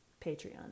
Patreon